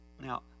Now